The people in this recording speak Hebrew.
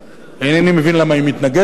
אינני מבין למה היא מתנגדת לה,